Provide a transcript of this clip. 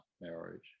marriage